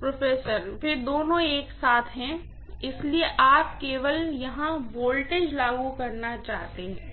professor वे दोनों एक साथ हैं इसलिए आप केवल यहाँ वोल्टेज लागू करना चाहते हैं